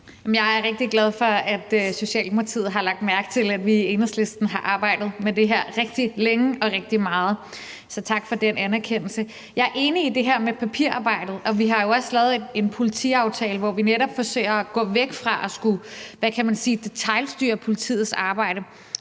Jeg er rigtig glad for, at Socialdemokratiet har lagt mærke til, at vi i Enhedslisten har arbejdet med det her rigtig længe og rigtig meget, så tak for den anerkendelse. Jeg er enig i det her med papirarbejdet, og vi har jo også lavet en politiaftale, hvor vi netop forsøger at gå væk fra at skulle, hvad kan man sige, detailstyre politiets arbejde,